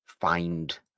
find